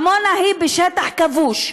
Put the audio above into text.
עמונה היא בשטח כבוש,